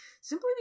simply